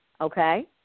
okay